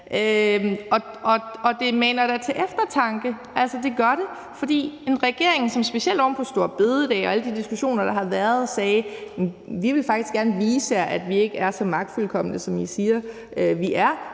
Og det maner da til eftertanke. Altså, det gør det. For det er en regering, som specielt oven på det med store bededag og alle de diskussioner, der har været, sagde: Vi vil faktisk gerne vise jer, at vi ikke er så magtfuldkomne, som I siger vi er;